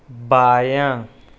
بایاں